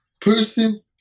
person